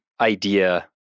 idea